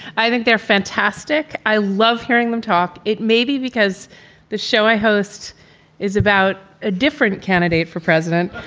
i think they're fantastic. i love hearing them talk. it may be because the show i host is about a different candidate for president,